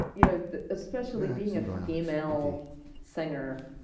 you know especially being a female singer,